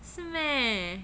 是 meh